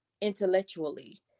intellectually